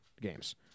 games